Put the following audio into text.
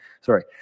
Sorry